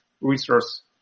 resource